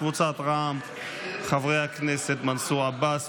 קבוצת סיעת רע"ם: חברי הכנסת מנסור עבאס,